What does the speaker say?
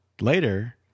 later